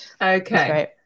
Okay